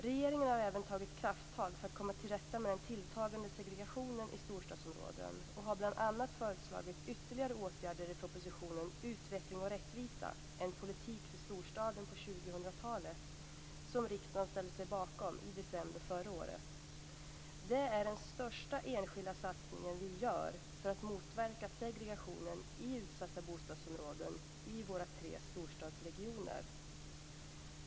Regeringen har även tagit krafttag för att komma till rätta med den tilltagande segregationen i storstadsområden och har bl.a. föreslagit ytterligare åtgärder i propositionen Utveckling och rättvisa - en politik för storstaden på 2000-talet som riksdagen ställde sig bakom i december förra året. Det är den största enskilda satsningen vi gör för att motverka segregation i utsatta bostadsområden i våra tre storstadsregioner.